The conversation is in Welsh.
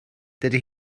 dydy